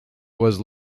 was